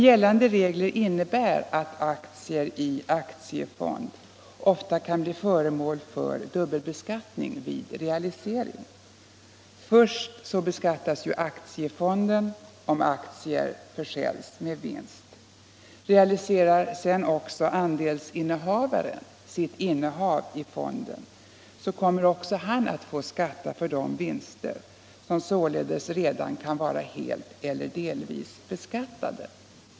Gällande regler innebär emellertid att aktier i aktiefonder ofta blir föremål för dubbelbeskattning vid realisering. Först beskattas aktiefonden, om aktier försäljs med vinst. Realiserar sedan andelsinnehavaren sitt innehav i fonden kommer också han att få skatta för vinster som således redan är helt eller delvis beskattade.